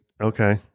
okay